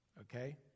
Okay